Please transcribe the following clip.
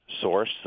source